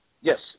yes